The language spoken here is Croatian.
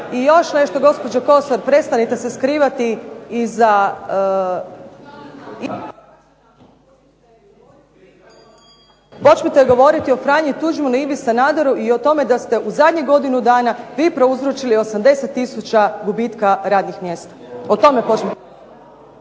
I još nešto gospođo Kosor, prestanite se skrivati iza ... /Govornica isključena./ ... počnite govoriti o Franji Tuđmanu, Ivi Sanaderu i o tome da ste u zadnjih godinu dana vi prouzročili 80 tisuća gubitka radnih mjesta. O tome počnite ...